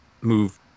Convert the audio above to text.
move